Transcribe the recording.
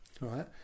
right